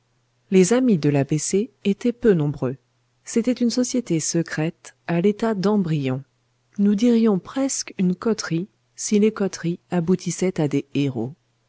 les amis de l'a b c étaient peu nombreux c'était une société secrète à l'état d'embryon nous dirions presque une coterie si les coteries aboutissaient à des héros